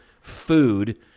food